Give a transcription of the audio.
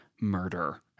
murder